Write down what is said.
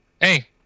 Hey